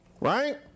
right